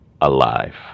alive